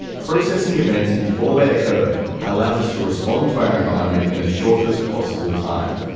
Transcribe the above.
processing events before they occur allows us to respond to our environment in the shortest possible time,